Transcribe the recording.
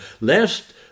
lest